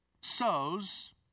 sows